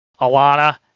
Alana